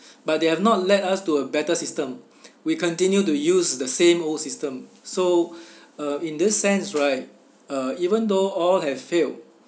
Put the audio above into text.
but they have not led us to a better system we continue to use the same old system so um in the sense right uh even though all have failed